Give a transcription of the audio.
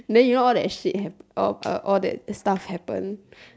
then you know all that shit happen a~ all that stuff happen